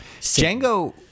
Django